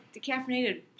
decaffeinated